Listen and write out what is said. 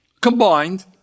Combined